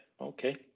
okay